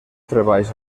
treballs